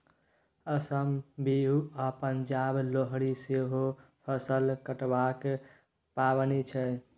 असमक बिहू आ पंजाबक लोहरी सेहो फसल कटबाक पाबनि छै